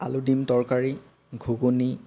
আলু ডিম তৰকাৰী ঘুগুনি